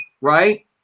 right